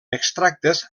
extractes